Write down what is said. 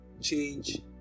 change